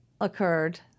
occurred